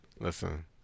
listen